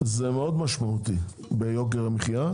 מאוד משמעותי ביוקר המחייה.